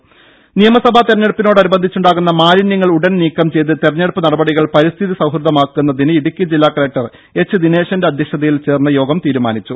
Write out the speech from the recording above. ദേദ നിയമസഭാ തിരഞ്ഞടുപ്പിനോടനുബന്ധിച്ചുണ്ടാകുന്ന മാലിന്യങ്ങൾ ഉടൻ നീക്കം ചെയ്ത് തിരഞ്ഞെടുപ്പ് നടപടികൾ പരിസ്ഥിതി സൌഹൃദമാക്കുന്നതിന് ഇടുക്കി ജില്ലാ കലക്ടർ എച്ച് ദിനേശന്റെ അദ്ധ്യക്ഷതയിൽ ചേർന്ന യോഗം തീരുമാനിച്ചു